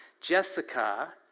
Jessica